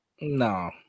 No